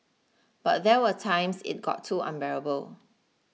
but there were times it got too unbearable